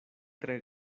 tre